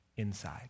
inside